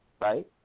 right